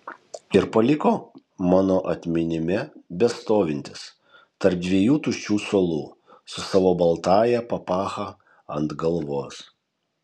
ir paliko mano atminime bestovintis tarp dviejų tuščių suolų su savo baltąja papacha ant galvos